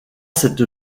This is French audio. cette